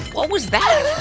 what was that?